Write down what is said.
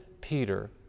Peter